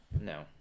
No